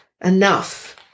enough